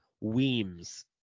weems